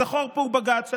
אז החור פה הוא בג"ץ,